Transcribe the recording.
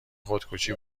خودکشی